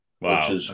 Wow